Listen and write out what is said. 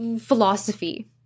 philosophy